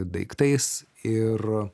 daiktais ir